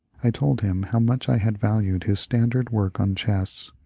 i told him how much i had valued his standard work on chess,